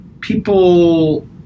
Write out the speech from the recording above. people